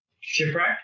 shipwreck